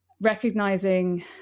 recognizing